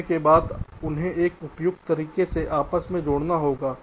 रखने के बाद उन्हें एक उपयुक्त तरीके से आपस में जोड़ना होगा